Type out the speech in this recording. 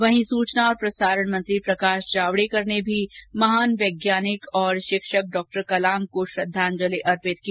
वहीं सूचना और प्रसारण मंत्री प्रकाश जावड़ेकर ने भी महान वैज्ञानिक और शिक्षक डॉक्टर कलाम को श्रद्धांजलि अर्पित की